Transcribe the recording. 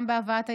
גם בהבאת הילדים,